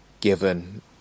given